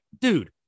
dude